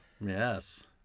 Yes